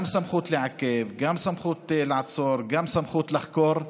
גם סמכות לעכב, גם סמכות לעצור, גם סמכות לחקור.